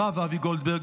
הרב אבי גולדברג,